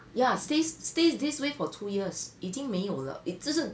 ya stays stays this way for two years 已经没有了也就是